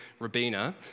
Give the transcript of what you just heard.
Rabina